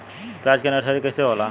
प्याज के नर्सरी कइसे होला?